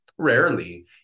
rarely